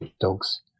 dogs